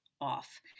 off